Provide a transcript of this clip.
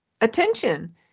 attention